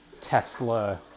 tesla